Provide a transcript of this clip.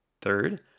Third